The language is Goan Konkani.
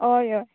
हय हय